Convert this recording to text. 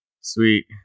Sweet